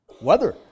Weather